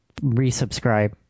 Resubscribe